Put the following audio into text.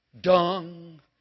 dung